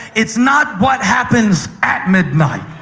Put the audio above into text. it's not what happens at midnight.